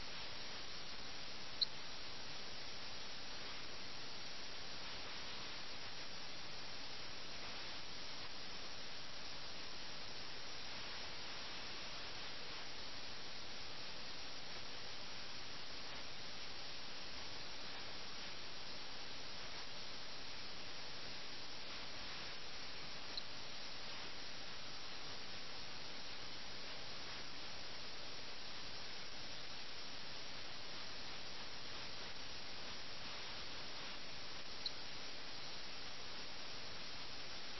എല്ലാവരും അഴിമതിയിൽ പങ്കാളികളാണ് ലഖ്നൌവിലെ ഭൂപ്രകൃതിയിൽ വ്യാപിച്ച് കിടക്കുന്ന ഈ പകർച്ചവ്യാധിയിൽ എല്ലാവരും ഉൾപ്പെട്ടിരിക്കുന്നു കൂടാതെ ആരെയെങ്കിലും കുറ്റപ്പെടുത്താൻ നിങ്ങൾക്ക് കഴിയുമെങ്കിൽ നിങ്ങൾക്ക് മറ്റൊരാളുടെ നേരെയും തുല്യമായി കുറ്റപ്പെടുത്തലിന്റെ വിരൽ ചൂണ്ടാൻ കഴിയും